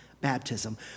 baptism